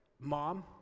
mom